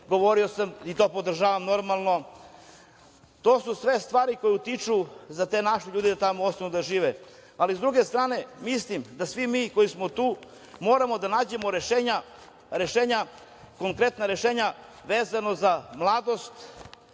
mlade ljude i to podržavam, normalno. To su sve stvari koje utiču za te naše ljude da ostanu tamo da žive.S druge strane, mislim da svi mi koji smo tu moramo da nađemo rešenja, konkretna rešenja vezano za mladost,